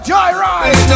Joyride